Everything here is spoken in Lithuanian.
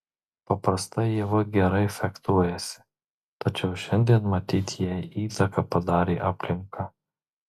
paprastai ieva gerai fechtuojasi tačiau šiandien matyt jai įtaką padarė aplinka